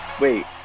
Wait